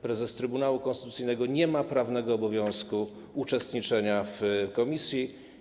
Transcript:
Prezes Trybunału Konstytucyjnego nie ma prawnego obowiązku uczestniczenia w posiedzeniu komisji.